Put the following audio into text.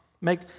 Make